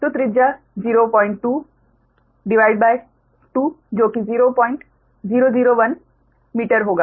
तो त्रिज्या 022 जो की 0001 मीटर होगा